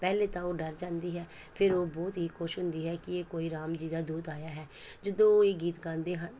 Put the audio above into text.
ਪਹਿਲੇ ਤਾਂ ਉਹ ਡਰ ਜਾਂਦੀ ਹੈ ਫਿਰ ਉਹ ਬਹੁਤ ਹੀ ਖੁਸ਼ ਹੁੰਦੀ ਹੈ ਕਿ ਇਹ ਕੋਈ ਰਾਮ ਜੀ ਦਾ ਦੂਤ ਆਇਆ ਹੈ ਜਦੋਂ ਇਹ ਗੀਤ ਗਾਉਂਦੇ ਹਨ